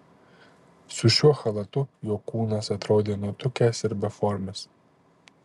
su šiuo chalatu jo kūnas atrodė nutukęs ir beformis